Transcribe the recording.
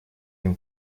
ним